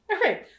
Okay